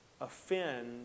offend